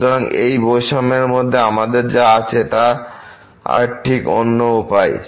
সুতরাং এই বৈষম্যের মধ্যে আমাদের যা আছে তার ঠিক অন্য উপায়